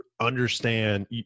understand